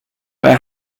bei